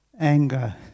anger